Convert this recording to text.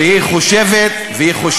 להצעת החוק